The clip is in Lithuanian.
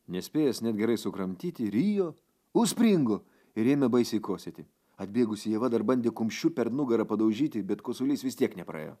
nespėjęs net gerai sukramtyti rijo užspringo ir ėmė baisiai kosėti atbėgusi ieva dar bandė kumščiu per nugarą padaužyti bet kosulys vis tiek nepraėjo